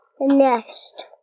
Next